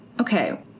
Okay